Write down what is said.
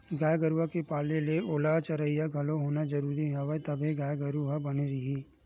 गाय गरुवा के पाले ले ओला चरइया घलोक होना जरुरी हवय तभे गाय गरु ह बने रइही